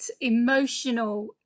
emotional